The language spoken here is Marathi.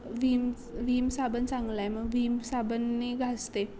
विम विम साबण चांगला आहे मग विम साबणाने घासते